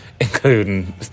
including